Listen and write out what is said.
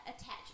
attach